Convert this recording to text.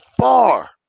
far